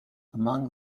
among